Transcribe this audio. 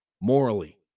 morally